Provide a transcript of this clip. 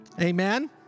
Amen